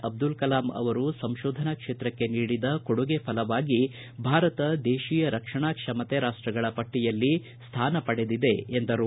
ಅಬ್ದುಲ್ ಕಲಾಂ ಅವರು ಸಂಶೋಧನಾ ಕ್ಷೇತ್ರಕ್ಕೆ ನೀಡಿದ ಕೊಡುಗೆ ಫಲವಾಗಿ ಭಾರತ ದೇಶೀಯ ರಕ್ಷಣಾ ಕ್ಷಮತೆ ರಾಷ್ಷಗಳ ಪಟ್ಟಿಯಲ್ಲಿ ಸ್ಥಾನ ಪಡೆದಿದೆ ಎಂದರು